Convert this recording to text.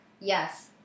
Yes